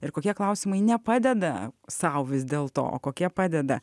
ir kokie klausimai nepadeda sau vis dėlto o kokie padeda